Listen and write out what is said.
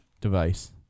device